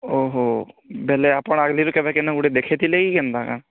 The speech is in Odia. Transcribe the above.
ଓଃ ବୋଲେ ଆପଣ ଆଇଲେ କେଭେ କେନ୍ତା ଗୁଟେ ଦେଖିଥିଲି କି କେନ୍ତା କା